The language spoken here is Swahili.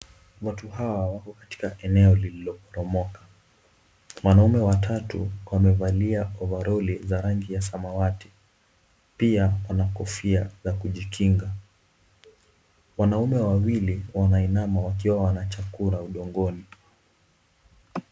Watu hawa wako katika eneo lililoporomoka. Wanaume watatu wamevalia overall za rangi ya samawati pia wana kofia za kujikinga. Wanaume wawili wameinama wakiwa wanachora udongoni.